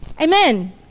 Amen